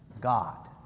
God